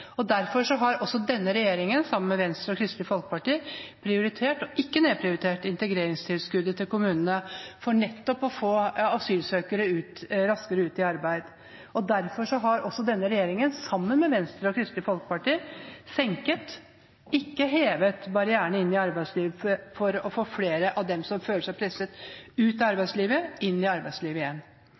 kommunene. Derfor har denne regjeringen sammen med Venstre og Kristelig Folkeparti prioritert, og ikke nedprioritert, integreringstilskuddet til kommunene, for nettopp å få asylsøkere raskere ut i arbeid. Derfor har denne regjeringen sammen med Venstre og Kristelig Folkeparti senket, ikke hevet, barrierene inn i arbeidslivet for å få flere av dem som føler seg presset ut av arbeidslivet, inn i arbeidslivet igjen.